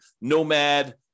nomad